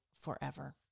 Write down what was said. forever